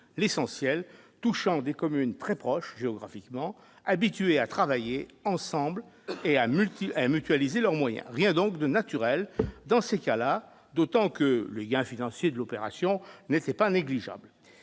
des créations concernant des communes très proches géographiquement, habituées à travailler ensemble et à mutualiser leurs moyens. Rien donc que de très naturel, d'autant que les gains financiers de l'opération ne sont pas négligeables.